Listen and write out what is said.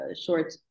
short